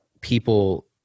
people